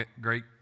great